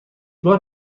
بار